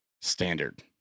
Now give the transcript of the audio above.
standard